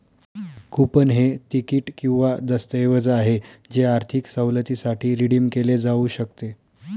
coupon हे तिकीट किंवा दस्तऐवज आहे जे आर्थिक सवलतीसाठी रिडीम केले जाऊ शकते